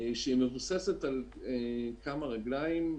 שמבוססת על כמה רגליים: